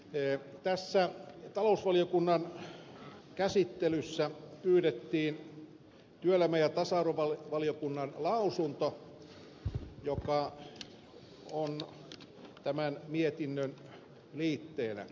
tätä talousvaliokunnan käsittelyä varten pyydettiin työelämä ja tasa arvovaliokunnalta lausunto joka on tämän mietinnön liitteenä